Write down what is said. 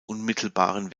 unmittelbaren